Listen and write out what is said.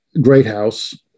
Greathouse